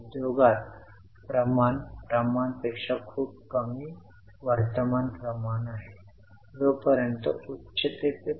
5000 ची रक्कम पहा ती 5000 आपण येथे पी ऑपरेटिंगमध्ये जोडली आणि आपण ती वित्तपुरवठ्यात कमी करू समजले